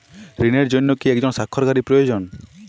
ঋণের জন্য কি একজন স্বাক্ষরকারী প্রয়োজন?